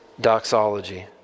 doxology